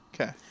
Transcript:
Okay